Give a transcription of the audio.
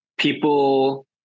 people